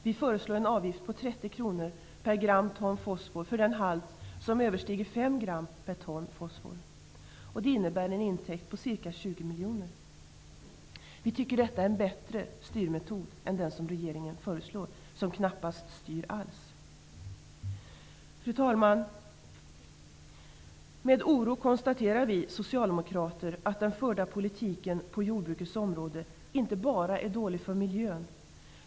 Vi föreslår en avgift på 30 kr per gram per ton fosfor för den halt som överstiger 5 gram per ton fosfor. Det innebär en intäkt på ca 20 miljoner. Vi tycker detta är en bättre styrmetod än den regeringen föreslår, som knappast styr alls. Fru talman! Med oro konstaterar vi socialdemokrater att den förda politiken på jordbrukets område inte bara är dålig för miljön.